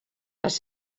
les